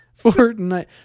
Fortnite